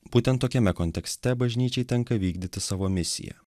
būtent tokiame kontekste bažnyčiai tenka vykdyti savo misiją